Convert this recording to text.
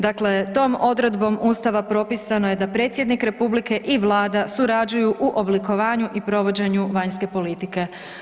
Dakle, tom odredbom Ustava propisano je da predsjednik republike i Vlada surađuju u oblikovanju i provođenju vanjske politike.